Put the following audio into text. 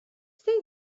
zer